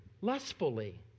lustfully